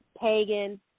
pagan